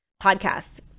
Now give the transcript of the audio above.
podcasts